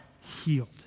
healed